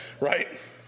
Right